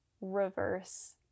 reverse